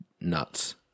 nuts